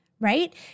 right